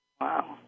Wow